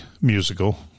musical